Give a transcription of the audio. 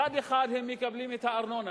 מצד אחד הן מקבלות את הארנונה,